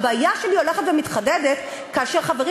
הבעיה שלי הולכת ומתחדדת כאשר חברים